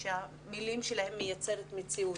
שהמילים שלה מייצרות מציאות.